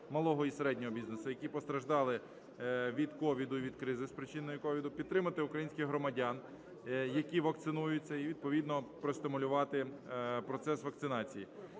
малого і середнього бізнесу, які постраждали від COVID, від кризи, спричиненої COVID, підтримати українських громадян, які вакцинуються, і відповідно простимулювати процес вакцинації.